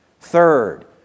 Third